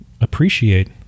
appreciate